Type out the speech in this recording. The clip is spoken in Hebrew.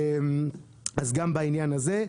אז גם בעניין הזה.